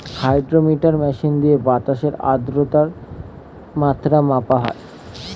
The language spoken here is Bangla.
হাইড্রোমিটার মেশিন দিয়ে বাতাসের আদ্রতার মাত্রা মাপা হয়